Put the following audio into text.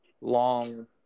long –